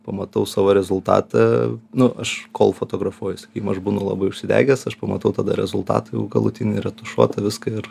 pamatau savo rezultatą nu aš kol fotografuoju sakykim aš būnu labai užsidegęs aš pamatau tada rezultatą jau galutinį retušuotą viską ir